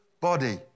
body